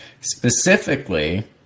Specifically